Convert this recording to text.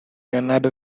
leonardo